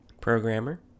programmer